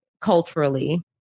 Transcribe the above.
culturally